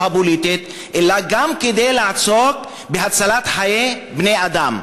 הפוליטית אלא גם כדי לעסוק בהצלת חיי בני-אדם,